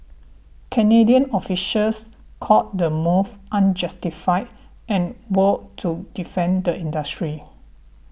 Canadian officials called the move unjustified and vowed to defend the industry